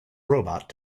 robot